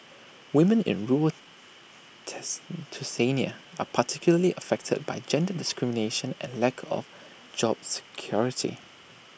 women in rule test Tunisia are particularly affected by gender discrimination and lack of job security